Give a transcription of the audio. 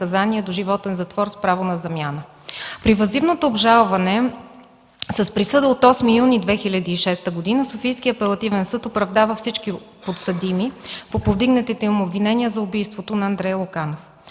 При въззивното обжалване с присъда от 8 юни 2006 г. Софийският апелативен съд оправдава всички подсъдими по повдигнатите им обвинения за убийството на Андрей Луканов.